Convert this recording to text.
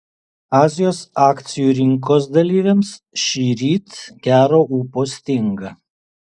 azijos akcijų rinkos dalyviams šįryt gero ūpo stinga